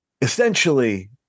essentially